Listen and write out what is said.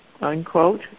unquote